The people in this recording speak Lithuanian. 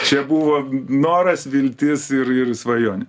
čia buvo noras viltis ir ir svajonė